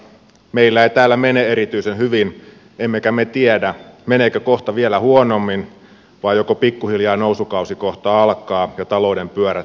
meillä ei täällä mene erityisen hyvin emmekä me tiedä meneekö kohta vielä huonommin vai joko pikkuhiljaa nousukausi kohta alkaa ja talouden pyörät alkavat pyöriä nopeammin